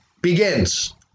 begins